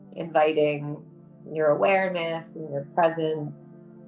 inviting your awareness and your presence